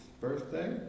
birthday